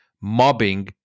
mobbing